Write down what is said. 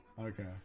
Okay